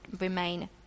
remain